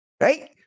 right